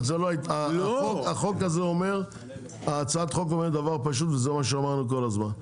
אבל הצעת החוק הזו אומרת דבר פשוט וזה מה שאמרנו כל הזמן.